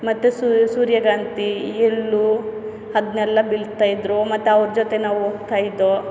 ಮತ್ತೆ ಸೂರ್ಯಕಾಂತಿ ಎಲ್ಲೂ ಅದನ್ನೆಲ್ಲ ಬೆಳ್ತ ಇದ್ದರು ಮತ್ತು ಅವ್ರ ಜೊತೆ ನಾವು ಕೈದೋ